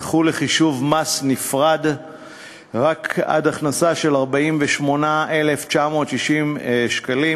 זכו לחישוב מס נפרד רק עד הכנסה של 48,960 שקלים,